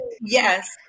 Yes